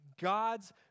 God's